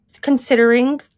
considering